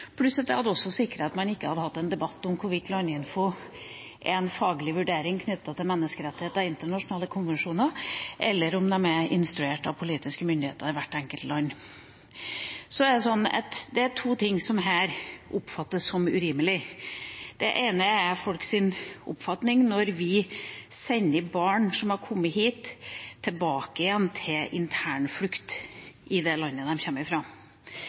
også hadde sikret at man ikke hadde hatt en debatt om hvorvidt Landinfo gir en faglig vurdering knyttet til menneskeretter og internasjonale konvensjoner, eller om de er instruert av politiske myndigheter i hvert enkelt land. Det er to ting som her oppfattes som urimelig. Det ene er folks oppfatning når vi sender barn som har kommet hit, tilbake til internflukt i det landet